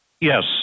Yes